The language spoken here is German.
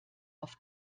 auf